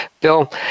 Bill